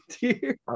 Dear